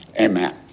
amen